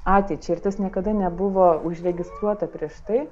ateičiai ir tas niekada nebuvo užregistruota prieš tai